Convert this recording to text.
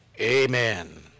Amen